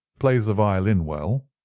plays the violin well.